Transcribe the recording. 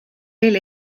veel